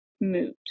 moot